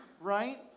right